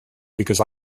because